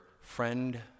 friend